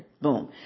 Boom